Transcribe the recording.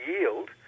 yield